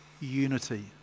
unity